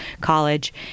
college